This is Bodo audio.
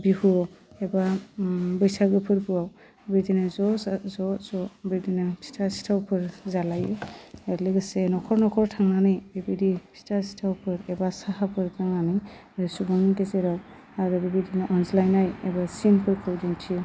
बिहु एबा ओम बैसागु फोरबोआव बिदिनो ज' जा ज' ज' बिदिनो फिथा सिथावफोर जालायो आरो लोगोसे नखर नखर थांनानै बेबायदि फिथा सिथावफोर एबा साहाफोर लोंनानै सुबुंनि गेजेराव आरो बेबायदिनो अनज्लायनाय एबा सिनफोरखौ दिन्थियो